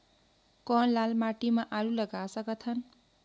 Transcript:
कौन लाल माटी म आलू लगा सकत हन?